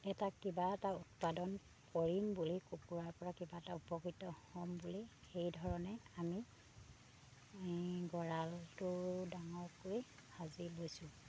এটা কিবা এটা উৎপাদন কৰিম বুলি কুকুৰাৰ পৰা কিবা এটা উপকৃত হ'ম বুলি সেইধৰণে আমি গঁৰালটো ডাঙৰকৈ সাজি লৈছোঁ